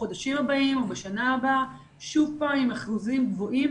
בחודשים הבאים או בשנה הבאה שוב פעם עם אחוזים גבוהים